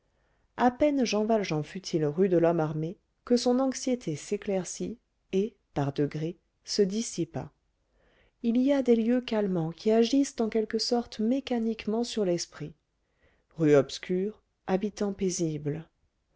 à peine jean valjean fut-il rue de lhomme armé que son anxiété s'éclaircit et par degrés se dissipa il y a des lieux calmants qui agissent en quelque sorte mécaniquement sur l'esprit rue obscure habitants paisibles